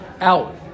out